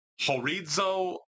horizo